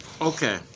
okay